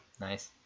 Nice